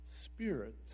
Spirit